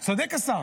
השר צודק.